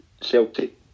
Celtic